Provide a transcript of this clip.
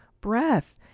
breath